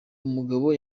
umugabo